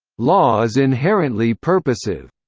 law is inherently purposive.